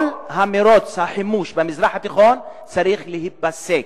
כל מירוץ החימוש במזרח התיכון צריך להיפסק.